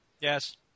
Yes